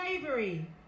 slavery